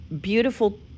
beautiful